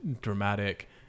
dramatic